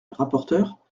rapporteur